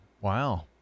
wow